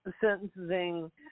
sentencing